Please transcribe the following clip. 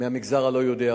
מהמגזר הלא-יהודי,